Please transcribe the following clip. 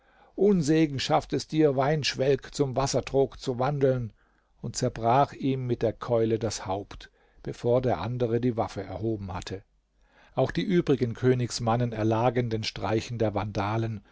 unsegen schafft es dir weinschwelg zum wassertrog zu wandeln und zerbrach ihm mit der keule das haupt bevor der andere die waffe erhoben hatte auch die übrigen königsmannen erlagen den streichen der vandalen